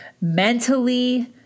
mentally